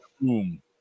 Boom